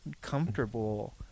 comfortable